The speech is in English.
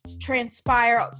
transpire